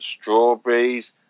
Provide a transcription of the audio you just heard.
strawberries